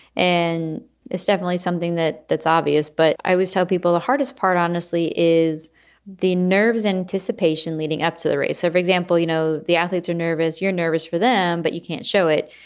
and it's definitely something that that's obvious. but i always tell people the hardest part, honestly, is the nerves anticipation leading up to the race. so, for example, you know, the athletes are nervous. you're nervous for them, but you can't show it.